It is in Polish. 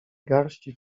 garści